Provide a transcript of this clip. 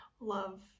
Love